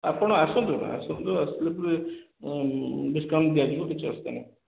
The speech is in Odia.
ଆପଣ ଆସନ୍ତୁ ଆସନ୍ତୁ ଆସିଲା ପରେ ଡିସ୍କାଉଣ୍ଟ ଦିଆଯିବ କିଛି ଅସୁବିଧା ନାହିଁ